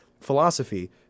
philosophy